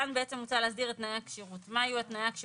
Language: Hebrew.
עם כל הכבוד לעוזרי